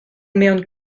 mewn